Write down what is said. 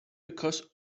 because